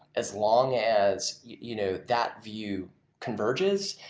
as long as you know that view converges,